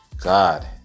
God